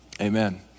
Amen